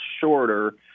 shorter